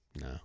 No